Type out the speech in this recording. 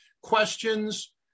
questions